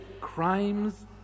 crimes